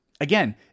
Again